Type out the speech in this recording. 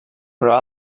però